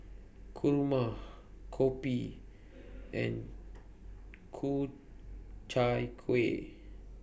Kurma Kopi and Ku Chai Kueh